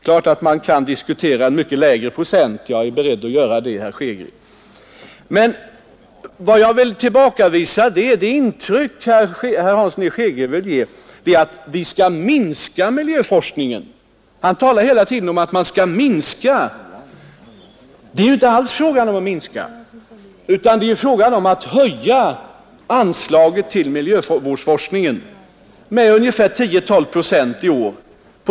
Man kan naturligtvis diskutera en mycket lägre procent; jag är beredd att göra det, herr Hansson i Skegrie. Vad jag vill tillbakavisa är det intryck herr Hansson i Skegrie vill ge att vi minskar anslaget till miljövårdsforskningen. Han talar hela tiden om detta, men det är ju inte alls fråga om någon minskning, utan det är fråga 47 om att höja anslaget till miljövårdsforskningen med ungefär 10—12 procent i år.